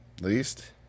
least